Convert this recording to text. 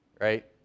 right